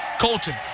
Colton